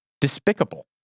despicable